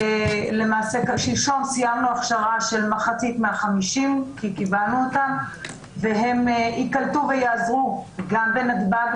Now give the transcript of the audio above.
שלשום סיימנו הכשרה של מחצית מה-50 והם יקלטו ויעזרו גם בנתב"ג,